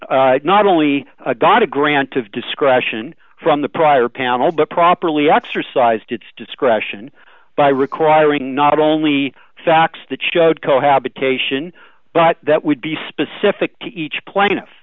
court not only got a grant of discretion from the prior panel but properly exercised its discretion by requiring not only facts that showed cohabitation but that would be specific to each plaintiff